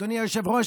ואדוני היושב-ראש,